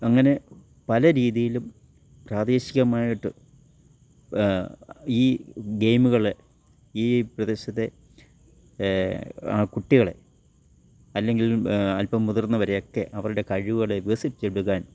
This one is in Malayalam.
അങ്ങനെ പല രീതിയിലും പ്രാദേശികമായിട്ട് ഈ ഗെയിമുകളേ ഈ പ്രദേശത്തെ ആ കുട്ടികളെ അല്ലെങ്കിൽ അല്പം മുതിർന്നവരേ ഒക്കെ അവരുടെ കഴിവുകളേ വികസിപ്പിച്ചെടുക്കാൻ